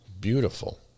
Beautiful